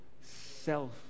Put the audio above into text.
self